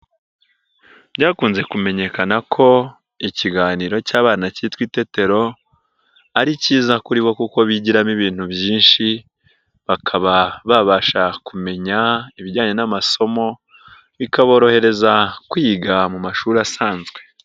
Byakunze kumenyekana ko ikiganiro cy'abana cyitwa Itetero, ari cyiza kuri bo kuko bigiramo ibintu byinshi bakaba babasha kumenya ibijyanye n'amasomo, bikaborohereza kwiga mu mashuri asanzwe.